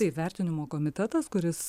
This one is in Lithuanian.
taip vertinimo komitetas kuris